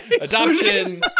adoption